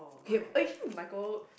okay actually my goal